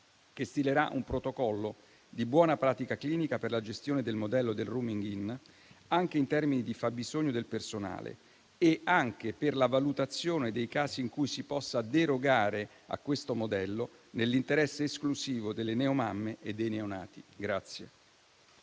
che stilerà un protocollo di buona pratica clinica per la gestione del modello del *rooming in*, anche in termini di fabbisogno del personale e anche per la valutazione dei casi in cui si possa derogare a questo modello nell'interesse esclusivo delle neomamme e dei neonati.